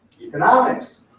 Economics